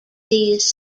these